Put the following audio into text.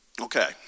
Okay